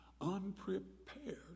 unprepared